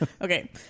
okay